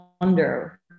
wonder